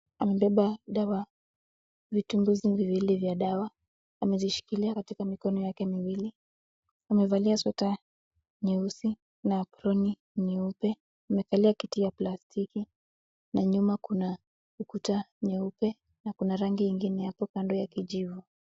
mama amebeba vitumbizi viwili vya dawa amezishikilia katika mikono yake amevalia sweta nyeusi na aproni nyeupe amekalia kiti ya plastiki na nyuma kuna ukuta nyeupe na kuna rangi ingine hapo kando yake ya kijivu